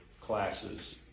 classes